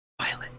violent